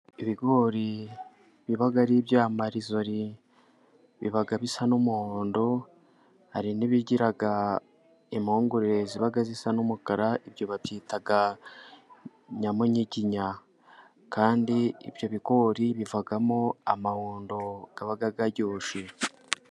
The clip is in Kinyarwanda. Ibigori biba ari ibya marizori biba bisa n'umuhondo hari n'ibigira impungure, ziba zisa n'umukara, ibyo babyita nyamunyiginya kandi ibyo bigori bivamo amahundo aba aryoshye.